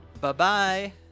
bye-bye